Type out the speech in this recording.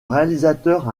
réalisateur